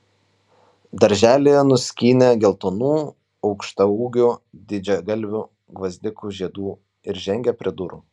darželyje nuskynė geltonų aukštaūgių didžiagalvių gvazdikų žiedų ir žengė prie durų